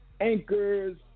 anchors